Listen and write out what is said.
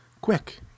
Quick